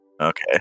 Okay